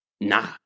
Nah